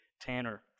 Tanner